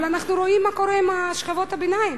אבל אנחנו רואים מה קורה עם שכבות הביניים.